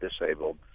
disabled